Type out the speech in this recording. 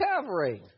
covering